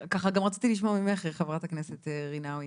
ורציתי לשמוע גם ממך, חברת הכנסת רינאוי.